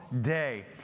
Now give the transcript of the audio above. day